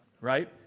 right